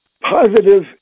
positive